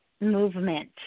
movement